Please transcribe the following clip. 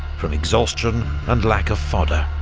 from exhaustion and lack of fodder.